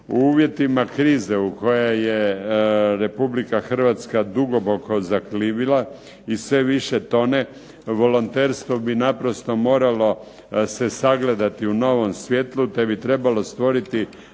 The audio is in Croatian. U uvjetima krize u koje je Republika Hrvatske duboko zaglibila i sve više tone, volonterstvo bi naprosto moralo se sagledati u novom svijetlu, te bi trebalo stvoriti